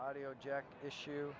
audio jack issue